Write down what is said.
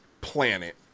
planet